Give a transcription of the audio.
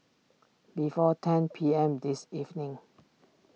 before ten P M this evening